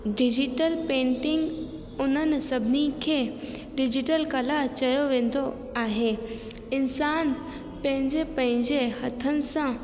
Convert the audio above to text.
digital painting उन्हनि सभिनी खे डिजीटल कला चयो वेंदो आहे इंसान पंहिंजे पंहिंजे हथनि सां